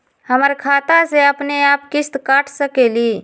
हमर खाता से अपनेआप किस्त काट सकेली?